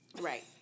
Right